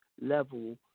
level